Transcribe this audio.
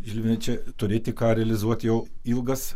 žilvinai čia turėti ką realizuoti jau ilgas